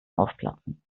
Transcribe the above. aufplatzen